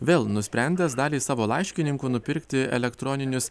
vėl nusprendęs daliai savo laiškininkų nupirkti elektroninius